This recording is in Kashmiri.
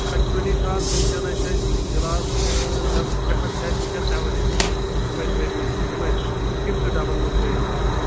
ایکچُؤلی چھُ حظ ؤنکٮ۪ن ٲسۍ أسۍ گِلاس ڈبہٕ ترٛےٚ ہَتھ چھِ اَسہِ ؤنکٮ۪ن اٮ۪ولیبٕل حظ یِم اَسہِ بٔرمٕتۍ چھِ یِم اَسہِ فِفتہٕ ڈَبَن منٛز بٔرمٕتۍ چھِ حظ